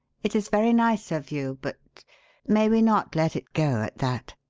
it is very nice of you but may we not let it go at that?